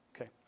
Okay